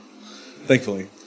thankfully